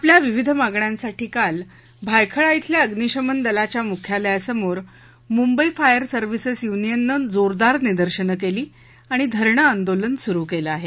आपल्या विविध मागण्यांसाठी काल भायखळा खिल्या अग्निशमन दलाच्या मुख्यालयासमोर मुंबई फायर सर्व्हिसेस युनियननं जोरदार निदर्शनं केली आणि धरणे आंदोलन सुरू केलं आहे